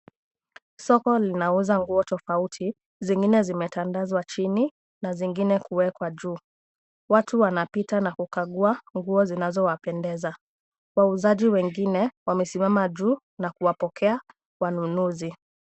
Soko linauza nguo tofauti , zingine zimetandazwa chini na zingine kuwekwa juu. Watu wanapita na kukagua nguo zinazowapendeza. Wauzaji wengine wamesimama juu na kuwapokea wanunuzi.